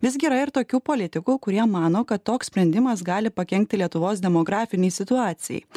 visgi yra ir tokių politikų kurie mano kad toks sprendimas gali pakenkti lietuvos demografinei situacijai